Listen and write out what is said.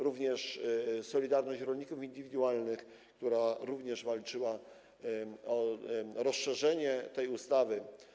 Również „Solidarność” rolników indywidualnych, która walczyła o rozszerzenie tej ustawy.